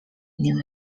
new